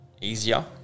easier